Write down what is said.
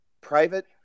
private